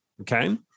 okay